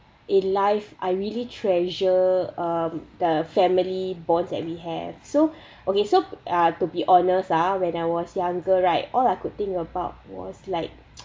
in life I really treasure um the family bonds that we have so okay so uh to be honest ah when I was younger right all I could think about was like